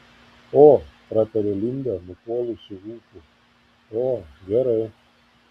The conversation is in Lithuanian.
o pratarė linda nupuolusiu ūpu o gerai